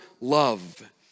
love